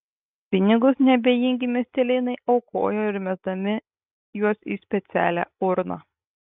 pinigus neabejingi miestelėnai aukojo ir mesdami juos į specialią urną